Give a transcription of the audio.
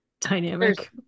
dynamic